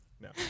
No